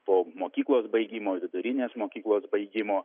po mokyklos baigimo vidurinės mokyklos baigimo